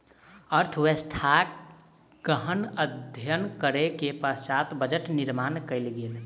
अर्थव्यवस्थाक गहन अध्ययन करै के पश्चात बजट निर्माण कयल गेल